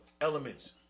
elements